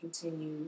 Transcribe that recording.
continue